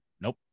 nope